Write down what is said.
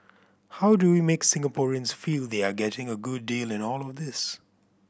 how do we make Singaporeans feel they are getting a good deal in all of this